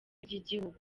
ry’igihugu